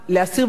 לצערי,